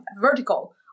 vertical